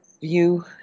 view